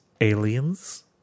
aliens